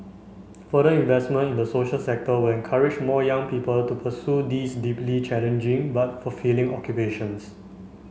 further investment in the social sector will encourage more young people to pursue these deeply challenging but fulfilling occupations